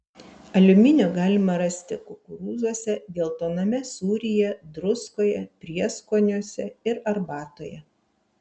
aliuminio galima rasti kukurūzuose geltoname sūryje druskoje prieskoniuose ir arbatoje